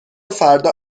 فردا